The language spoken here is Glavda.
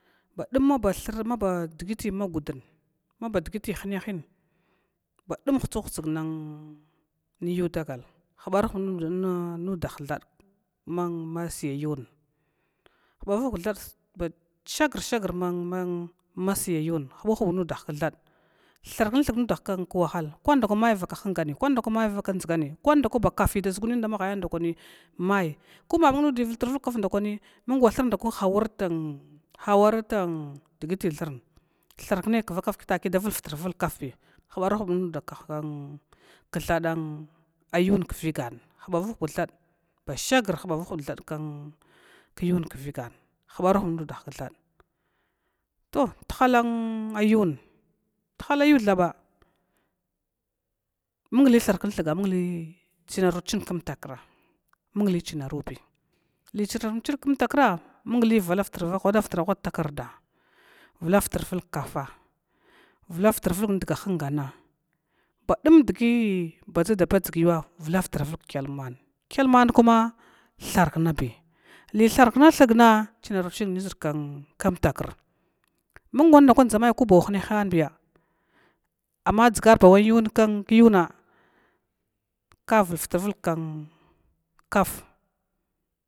Badum aba thur mabadigiti maguda maba digiti hiyaha hutduhutsg yu dagal hubaru hu ba nuda h kthada masi ya yun, hubaru hubug kthad ba shagr shagr mubaru hubug nudah kthad kwana may vaka hungani kwana kwan dakwa may vakak dzligani kwan bakafa ʒgunin dama hayan kuma mung wavultur vulga kaf ndakwanin kathun hawarut digi thurn, tharkune kvaka vaki mada vlfrvilg kafi hubaru hubg nudah kthad yuyun kvigan hubavu hubug thad kvigan ba shagr hubavuhubug thad kyawun kvigan hubaru hubug nudah kth mung li chunru umtkr mung li chinaruba li chinari cing kmtakra, mung li whadavtra whadag takarda, valavtur vulg kafa vulavtur valg dga hungan badun dgi badʒada badʒg yuwa vulavtur vulg kyalman kyaal man kuma thar knabi li thar kuma thugna chinaruchim nitr kum takura wang dʒamay ko ban iniyahanbiya dʒuharba yuna kavul futr vulg kaf.